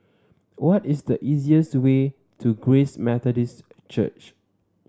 what is the easiest way to Grace Methodist Church